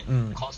mm